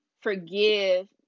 forgive